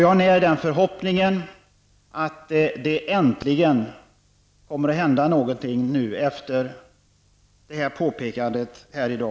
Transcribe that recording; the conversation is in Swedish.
Jag när förhoppningen att det nu äntligen kommer att hända någonting, bl.a. efter detta påpekande i dag.